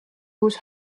uus